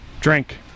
Drink